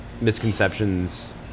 misconceptions